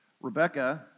Rebecca